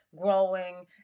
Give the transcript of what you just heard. growing